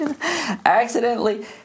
accidentally